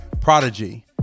Prodigy